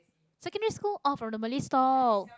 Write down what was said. secondary school oh from the malay stall